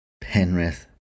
Penrith